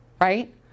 right